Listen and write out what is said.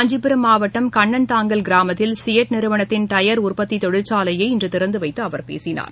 காஞ்சிபுரம் மாவட்டம் கண்ணன்தாங்கல் கிராமத்தில் சியெட் நிறுவனத்தின் டயர் உற்பத்தி தொழிற்சாலையை இன்று திறந்துவைத்து அவர் பேசினார்